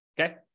Okay